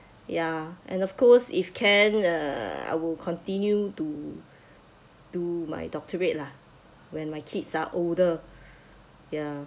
ya and of course if can uh I will continue to to my doctorate lah when my kids are older ya